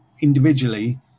individually